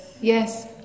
yes